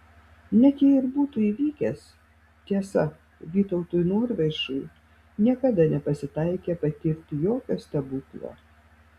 net jei ir būtų įvykęs tiesa vytautui norvaišui niekada nepasitaikė patirti jokio stebuklo